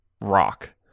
rock